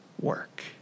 work